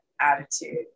attitude